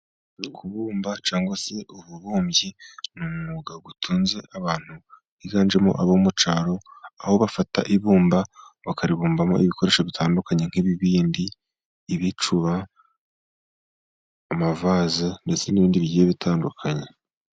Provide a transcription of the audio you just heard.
Kubumba cyangwa se ububumbyi ni umwuga utunze abantu higanjemo abo mu cyaro, aho bafata ibumba bakaribumbamo ibikoresho bitandukanye nk'ibibindi, ibicuba, amavaze, ndetse n'ibindi bigiye bitandukanye.